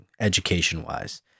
education-wise